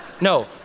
No